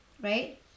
Right